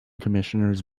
commissioners